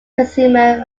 consumer